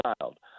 child